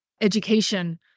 education